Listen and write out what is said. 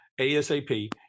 ASAP